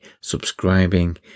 subscribing